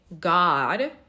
God